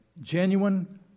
Genuine